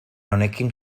honekin